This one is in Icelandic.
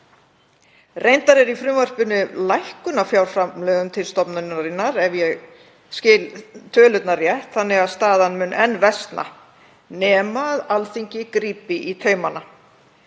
Reyndar er í frumvarpinu lækkun á fjárframlögum til stofnunarinnar, ef ég skil tölurnar rétt, þannig að staðan mun enn versna nema Alþingi grípi í taumana.